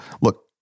look